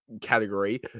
category